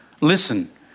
Listen